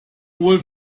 wohl